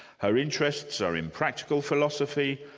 her interests are in practical philosophy,